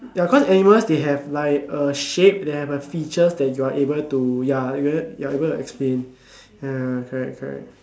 ya cause animals they have like a shape they have a feature that you are able to ya you're able to explain ya correct correct